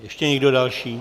Ještě někdo další?